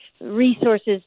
resources